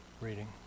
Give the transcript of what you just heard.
reading